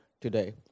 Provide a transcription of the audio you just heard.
today